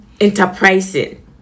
enterprising